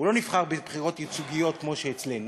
הוא לא נבחר בבחירות ייצוגיות כמו אצלנו.